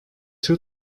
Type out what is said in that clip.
two